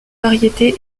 variétés